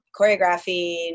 choreographing